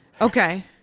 Okay